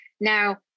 Now